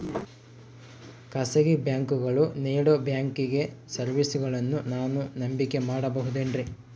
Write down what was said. ಖಾಸಗಿ ಬ್ಯಾಂಕುಗಳು ನೇಡೋ ಬ್ಯಾಂಕಿಗ್ ಸರ್ವೇಸಗಳನ್ನು ನಾನು ನಂಬಿಕೆ ಮಾಡಬಹುದೇನ್ರಿ?